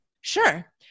Sure